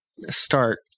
start